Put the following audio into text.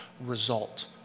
result